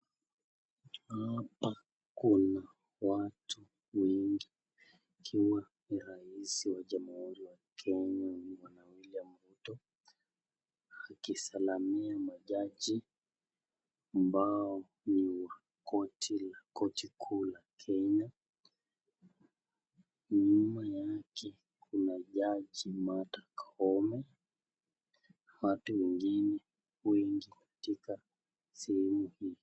Hapa kuna watu wengi wakiwa rais wa Jamuhuri wa Kenya, Bwana William Ruto akisalimia majaji ambao ni wa koti la kuu la Kenya. Nyuma yake kuna jaji, Martha Koome na watu wengine wengi katika sehemu hii.